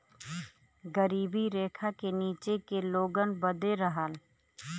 गरीबी रेखा के नीचे के लोगन बदे रहल